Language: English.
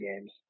games